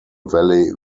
valley